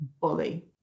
bully